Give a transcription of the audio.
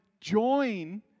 join